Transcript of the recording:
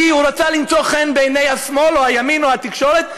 הוא רצה למצוא חן בעיני השמאל או הימין או התקשורת,